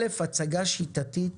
אלף הצגה שיטתית